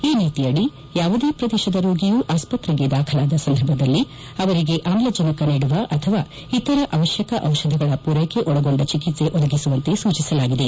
ಈ ನೀತಿಯಡಿ ಯಾವುದೇ ಪ್ರದೇಶದ ರೋಗಿಯು ಆಸ್ಪತ್ರೆಗೆ ದಾಖಲಾದ ಸಂದರ್ಭದಲ್ಲಿ ಅವರಿಗೆ ಆಮ್ಲಜನಕ ನೀಡುವ ಅಥವಾ ಇತರ ಅವತ್ತಕ ಜಿಷಧಗಳ ಪೂರೈಕೆ ಒಳಗೊಂಡ ಚಿಕಿತ್ಸೆ ಒದಗಿಸುವಂತೆ ಸೂಚಿಸಲಾಗಿದೆ